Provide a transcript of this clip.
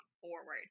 forward